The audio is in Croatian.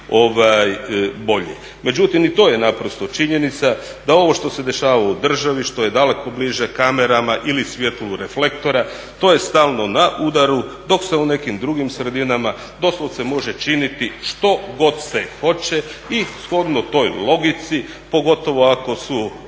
Međutim i to je činjenica da ovo što se dešava u državi, što je daleko bliže kamerama ili svjetlu reflektora to je stalno na udaru, dok se u nekim drugim sredinama doslovce može činiti što god se hoće i shodno toj logici pogotovo ako su